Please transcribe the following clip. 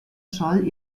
scholl